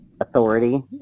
authority